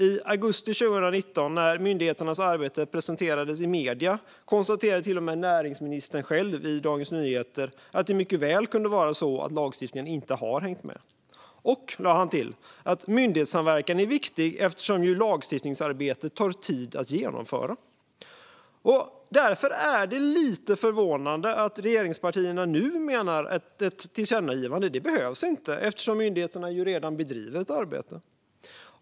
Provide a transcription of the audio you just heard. I augusti 2019, när myndigheternas arbete presenterades i medier, konstaterade till och med näringsministern själv i Dagens Nyheter att det mycket väl kunde vara så att lagstiftningen inte hängt med. Han lade till att det är viktigt med myndighetssamverkan, eftersom lagstiftningsarbete tar tid att genomföra. Därför är det lite förvånande att regeringspartierna nu menar att ett tillkännagivande inte behövs eftersom myndigheterna redan bedriver ett arbete.